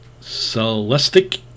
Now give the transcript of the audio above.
Celestic